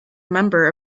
member